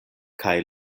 kaj